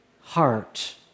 heart